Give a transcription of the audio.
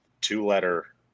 two-letter